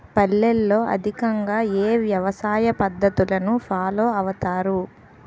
పల్లెల్లో అధికంగా ఏ వ్యవసాయ పద్ధతులను ఫాలో అవతారు?